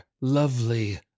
lovely